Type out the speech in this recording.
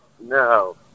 no